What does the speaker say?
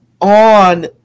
on